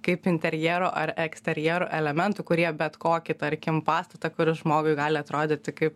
kaip interjero ar eksterjero elementų kurie bet kokį tarkim pastatą kuris žmogui gali atrodyti kaip